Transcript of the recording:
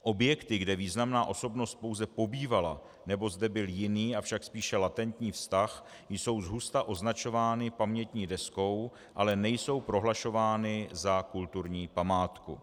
Objekty, kde významná osobnost pouze pobývala nebo zde byl jiný, avšak spíše latentní vztah, jsou zhusta označovány pamětní deskou, ale nejsou prohlašovány za kulturní památku.